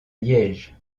liège